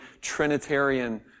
Trinitarian